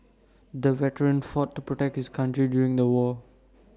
the veteran fought to protect his country during the war